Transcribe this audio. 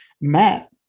Matt